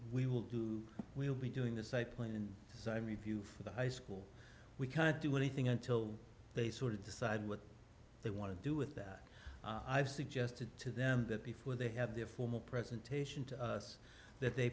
we will do we'll be doing this i planned review for the high school we can't do anything until they sort of decide what they want to do with that i've suggested to them that before they have their formal presentation to us that they